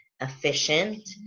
efficient